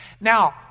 Now